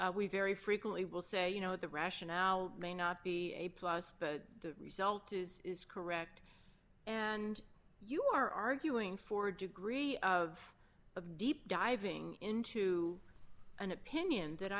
we very frequently will say you know the rationale may not be a plus but the result is is correct and you are arguing for a degree of deep diving into an opinion that